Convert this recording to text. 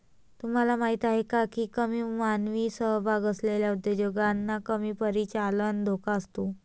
तुम्हाला माहीत आहे का की कमी मानवी सहभाग असलेल्या उद्योगांना कमी परिचालन धोका असतो?